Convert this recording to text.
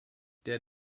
der